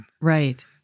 Right